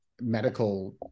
medical